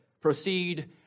proceed